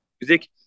music